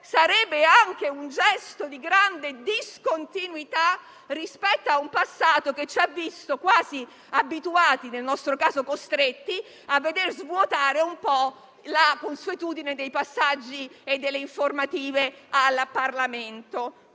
nonché di un gesto di grande discontinuità rispetto a un passato che ci ha visti quasi abituati - nel nostro caso costretti - a veder svuotare la consuetudine dei passaggi e delle informative al Parlamento.